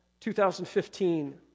2015